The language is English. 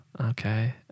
Okay